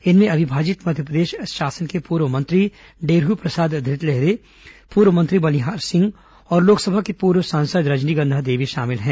इनमें अविभाजित मध्यप्रदेश शासन के पूर्व मंत्री डेरहू प्रसाद धृतलहरे पूर्व मंत्री बलिहार सिंह और लोकसभा की पूर्व सांसद रजनीगंधा देवी शामिल हैं